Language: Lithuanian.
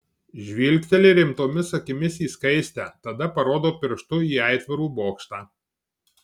žvilgteli rimtomis akimis į skaistę tada parodo pirštu į aitvarų bokštą